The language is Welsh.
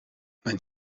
mae